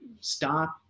stop